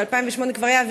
ב-2008 כבר היה,